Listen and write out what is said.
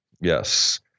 Yes